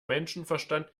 menschenverstand